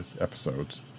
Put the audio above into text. episodes